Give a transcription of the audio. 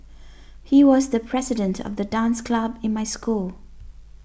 he was the president of the dance club in my school